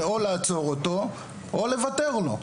זה או לעצור אותו או לוותר לו.